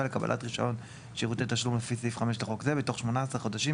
לקבלת רישיון שירותי תשלום לפי סעיף 5 לחוק זה בתוך 18 חודשים